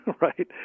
right